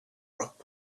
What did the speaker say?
rock